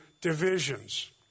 divisions